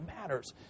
matters